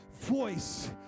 voice